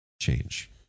change